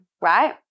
right